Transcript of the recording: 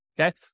Okay